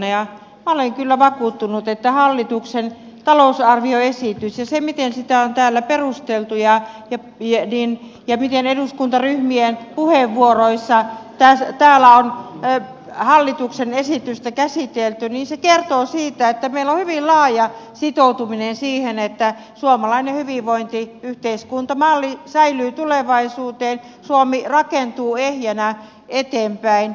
minä olen kyllä vakuuttunut että hallituksen talousarvioesitys ja se miten sitä on täällä perusteltu ja miten eduskuntaryhmien puheenvuoroissa täällä on hallituksen esitystä käsitelty kertoo siitä että meillä on hyvin laaja sitoutuminen siihen että suomalainen hyvinvointiyhteiskuntamalli säilyy tulevaisuuteen suomi rakentuu ehjänä eteenpäin